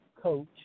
coach